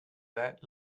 that